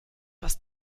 was